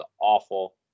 awful